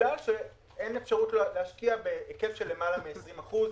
בגלל שאין אפשרות להשקיע בהיקף של למעלה מ-20%.